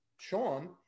Sean